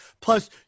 Plus